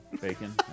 Bacon